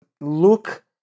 look